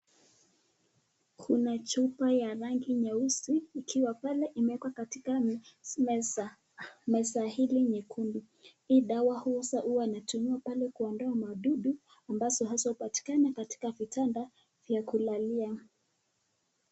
Kuna chupa ya rangi nyeusi, ikiwa pale imeekwa katika meza. Meza hilo nyekundu, hii dawa huuzwa huwa inatumiwa pale kuondoa madudu ambazo hupatikana katika vitanda vya kulalia.